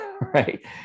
right